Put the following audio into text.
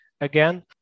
again